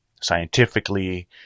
scientifically